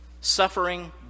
Suffering